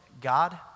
God